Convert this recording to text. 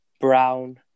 Brown